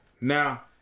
Now